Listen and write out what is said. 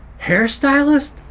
hairstylist